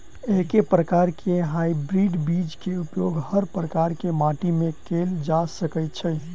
एके प्रकार केँ हाइब्रिड बीज केँ उपयोग हर प्रकार केँ माटि मे कैल जा सकय छै?